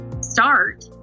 start